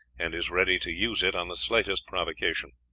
and is ready to use it on the slightest provocation.